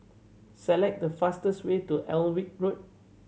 select the fastest way to Alnwick Road